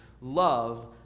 Love